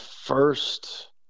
first